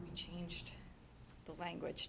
we changed the language